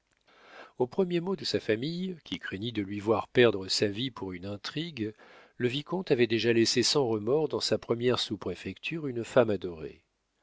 au premier mot de sa famille qui craignit de lui voir perdre sa vie pour une intrigue le vicomte avait déjà laissé sans remords dans sa première sous-préfecture une femme adorée